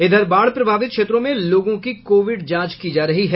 इधर बाढ़ प्रभावित क्षेत्रों में लोगों की कोविड जांच की जा रही है